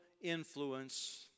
influence